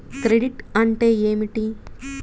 Credit అంటే ఏమిటి?